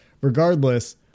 regardless